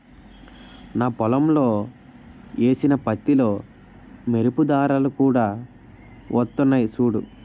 నా పొలంలో ఏసిన పత్తిలో మెరుపు దారాలు కూడా వొత్తన్నయ్ సూడూ